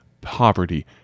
poverty